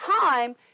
time